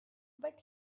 but